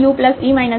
eue v